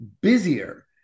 busier